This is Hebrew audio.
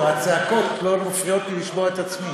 זה הצעקות שמפריעות לי לשמוע את עצמי.